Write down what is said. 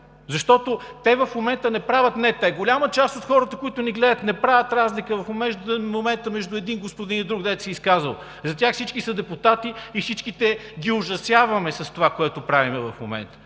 пак Ви казвам, е общ проблем. Голяма част от хората, които ни гледат, не правят разлика в момента между един господин и друг, дето се е изказал. За тях всички са депутати и всичките ги ужасяваме с това, което правим в момента,